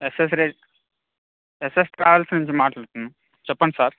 essays రే SS travels నుంచి మాట్లాడుతున్నాను చెప్పండి సార్